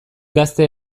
gazte